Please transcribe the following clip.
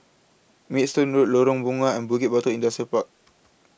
Maidstone Road Lorong Bunga and Bukit Batok Industrial Park